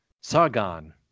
Sargon